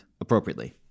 appropriately